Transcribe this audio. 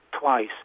twice